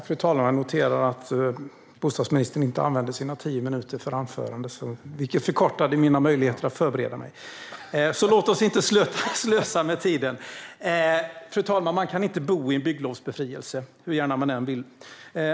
Fru talman! Jag noterar att bostadsministern inte använde sina tio minuter för anförandet, vilket minskade mina möjligheter att förbereda mig, så låt oss inte slösa med tiden! Fru talman! Man kan inte bo i en bygglovsbefrielse, hur gärna man än vill.